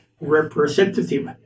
representative